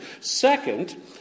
Second